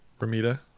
Ramita